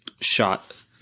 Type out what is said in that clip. shot